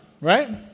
Right